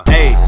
Hey